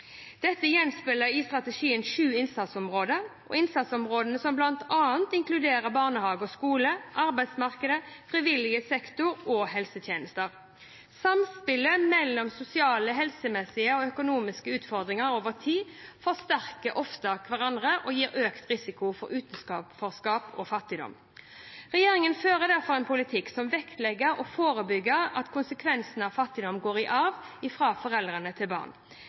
Dette gjenspeiles i strategiens sju innsatsområder, innsatsområder som bl.a. inkluderer barnehage og skole, arbeidsmarkedet, frivillig sektor og helsetjenester. Samspillet mellom sosiale, helsemessige og økonomiske utfordringer over tid forsterker ofte hverandre og gir økt risiko for utenforskap og fattigdom. Regjeringen fører derfor en politikk som vektlegger å forebygge at konsekvensene av fattigdom går i arv fra foreldre til barn.